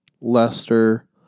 Leicester